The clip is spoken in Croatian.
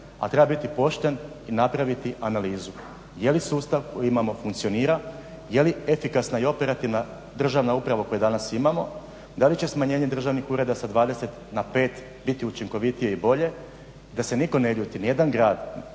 treba biti pošten i napraviti analizu je li sustav koji imamo funkcionira, je li efikasna i operativna državna uprava koju danas imamo, da li će smanjenje državnih ureda sa 20 na 5 biti učinkovitije i bolje da se nitko ne ljuti, ni jedan grad,